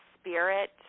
spirit